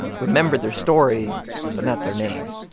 remembered their story but not their name.